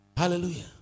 Hallelujah